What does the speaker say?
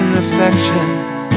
reflections